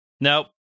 Nope